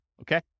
Okay